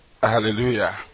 Hallelujah